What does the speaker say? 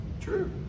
True